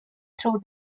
through